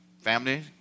Family